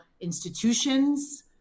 institutions